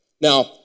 Now